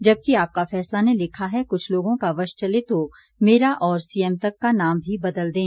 जबकि आपका फैसला ने लिखा है कुछ लोगों का वश चले तो मेरा और सीएम तक का नाम भी बदल दें